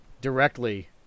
directly